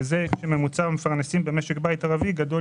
וזה עוד כשממוצע המפרנסים במשק בית ערבי גדול